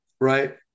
right